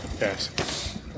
Yes